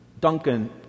Duncan